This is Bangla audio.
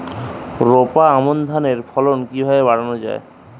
রোপা আমন ধানের ফলন কিভাবে বাড়ানো যায়?